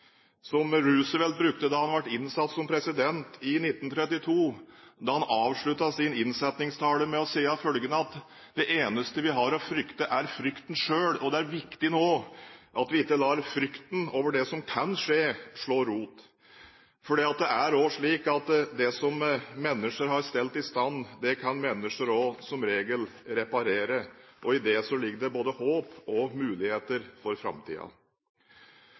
brukte da han ble innsatt som president i 1932. Han avsluttet sin innsettingstale med å si følgende: Det eneste vi har å frykte, er frykten selv. Det er viktig nå at vi ikke lar frykten over det som kan skje, slå rot. For det er også slik at det som mennesker har stelt i stand, kan mennesker også som regel reparere. I det ligger det både håp og muligheter for